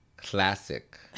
Classic